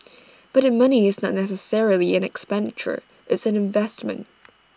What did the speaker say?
but that money is not necessarily an expenditure it's an investment